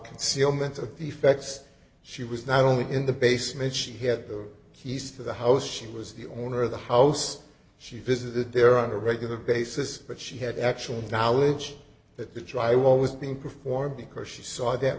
concealment of defects she was not only in the basement she had the keys to the house she was the owner of the house she visited there on a regular basis but she had actual knowledge that the try was being performed because she saw that